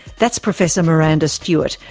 that's professor miranda stewart,